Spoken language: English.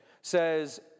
says